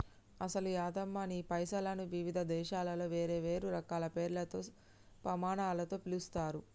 అసలు యాదమ్మ నీ పైసలను వివిధ దేశాలలో వేరువేరు రకాల పేర్లతో పమానాలతో పిలుస్తారు